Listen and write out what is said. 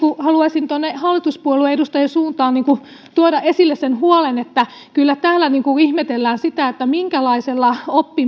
haluaisin tuonne hallituspuolueiden edustajien suuntaan tuoda esille sen huolen että kyllä täällä ihmetellään sitä minkälaisella